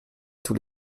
tous